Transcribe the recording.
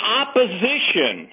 opposition